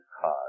cause